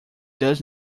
does